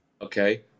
okay